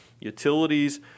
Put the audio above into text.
utilities